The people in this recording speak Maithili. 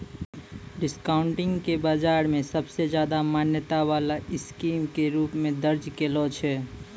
डिस्काउंटिंग के बाजार मे सबसे ज्यादा मान्यता वाला स्कीम के रूप मे दर्ज कैलो छै